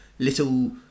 little